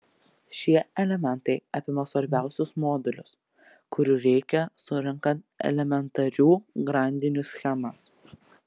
šie elementai apima svarbiausius modulius kurių reikia surenkant elementarių grandinių schemas